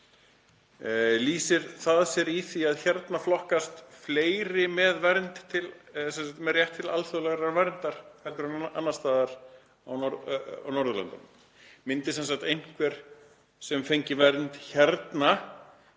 Lýsir það sér í því að hérna flokkast fleiri með rétt til alþjóðlegrar verndar en annars staðar á Norðurlöndunum? Myndi sem sagt einhver sem fengi vernd hérna